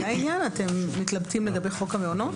אתם מתלבטים לגבי חוק המעונות?